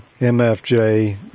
MFJ